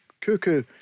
Cuckoo